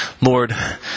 Lord